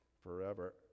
forever